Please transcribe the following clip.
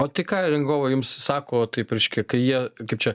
o tai ką rangovai jums sako tai reiškia kad jie kaip čia